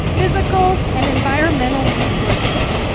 physical, and environmental resources,